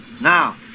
Now